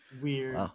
Weird